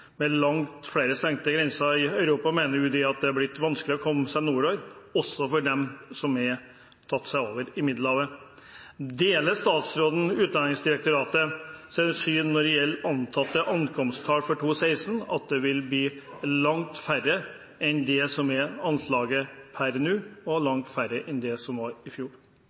Med langt flere stengte grenser i Europa mener UDI at det er blitt vanskeligere å komme seg nordover, også for dem som har tatt seg over Middelhavet. Deler statsråden Utlendingsdirektoratets syn, at antatte ankomsttall i 2016 vil bli langt lavere enn det som er anslaget per nå, og langt lavere enn det som var i fjor?